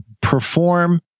perform